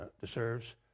deserves